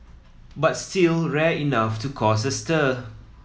but still rare enough to cause a stir